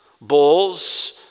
bulls